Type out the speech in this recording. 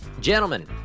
gentlemen